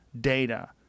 data